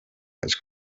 was